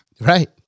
Right